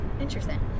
Interesting